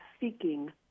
seeking